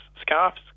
scarves